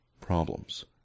problems